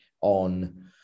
on